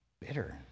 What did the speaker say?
Bitter